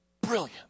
brilliant